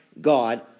God